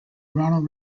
ronald